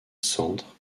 centre